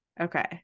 Okay